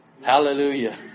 Hallelujah